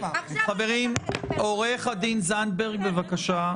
--- חברים, עו"ד זנדברג, בבקשה.